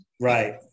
Right